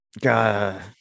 God